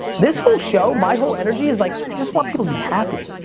this whole show, my whole energy is like, i just want people to be happy.